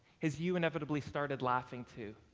as you inevitably started laughing too.